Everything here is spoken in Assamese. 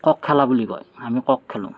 ক'ক খেলা বুলি কয় আমি ক'ক খেলোঁ